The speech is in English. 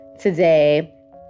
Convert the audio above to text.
today